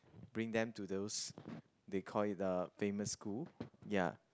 bring them to those they call it uh famous school ya